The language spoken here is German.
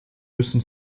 müssen